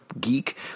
geek